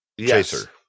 Chaser